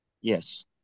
Yes